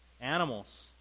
Animals